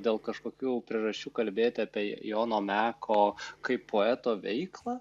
dėl kažkokių priežasčių kalbėti apie jono meko kaip poeto veiklą